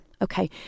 Okay